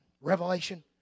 revelation